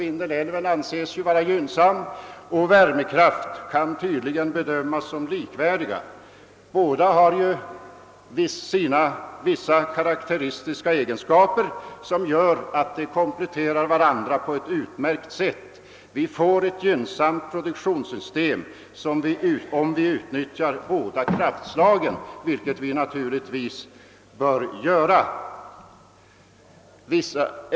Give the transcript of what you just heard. Kostnaderna för gynnsam vattenkraft och värmekraft kan tydligen bedömas vara ungefär lika stora. Båda kraftslagen har vissa karakteristiska egenskaper som gör att de kompletterar varandra på ett utmärkt sätt. Vi får ett gynnsamt produktionssystem om vi utnyttjar båda kraftslagen, vilket vi naturligtvis bör göra.